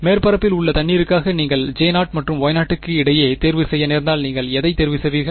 மேற்பரப்பில் உள்ள தண்ணீருக்காக நீங்கள் J0 மற்றும் Y0 க்கு இடையே தேர்வு செய்ய நேர்ந்தால் நீங்கள் எதை தேர்வு செய்வீர்கள்